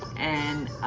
and